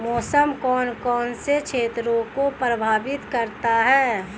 मौसम कौन कौन से क्षेत्रों को प्रभावित करता है?